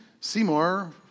Seymour